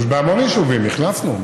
יש בהמון יישובים, הכנסנו.